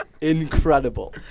incredible